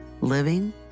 living